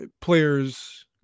players